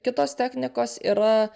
kitos technikos yra